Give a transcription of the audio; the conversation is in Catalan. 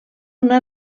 una